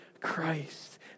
Christ